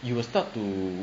you will start to